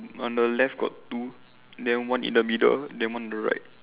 on the left got two then one in the middle then one on the right